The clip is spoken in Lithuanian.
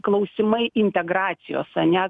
klausimai integracijos ane